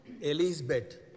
Elizabeth